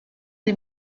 des